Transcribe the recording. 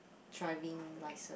driving license